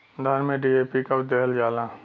धान में डी.ए.पी कब दिहल जाला?